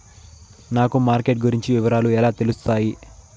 నాకు మార్కెట్ గురించి వివరాలు ఎలా తెలుస్తాయి?